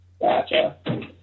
Gotcha